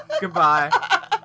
Goodbye